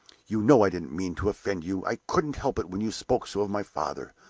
you know i didn't mean to offend you! i couldn't help it when you spoke so of my father.